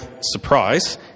surprise